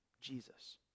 Jesus